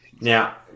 Now